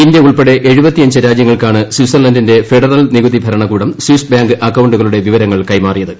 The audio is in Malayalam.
ഇന്ത്യ ഉൾപ്പെടെ സ്വിറ്റ്സർലന്റിന്റെ ഫെഡറൽ നികുതി ഭരണകൂടം സ്വിസ് ബാങ്ക് അക്കൌണ്ടുകളുടെ വിവരങ്ങൾ കൈമാറിയത്